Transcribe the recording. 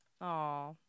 Aw